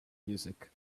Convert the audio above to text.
music